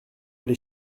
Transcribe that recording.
les